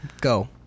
Go